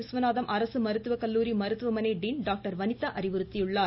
விஸ்வநாதம் அரசு மருத்துவக் கல்லூரி மருத்துவமனை மீன் டாக்டர் வனிதா அறிவுறுத்தி உள்ளார்